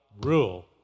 rule